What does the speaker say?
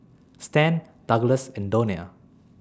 Stan Douglass and Donia